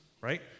right